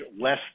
less